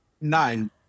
nine